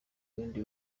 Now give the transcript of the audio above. bindi